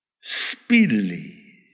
speedily